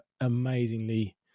amazingly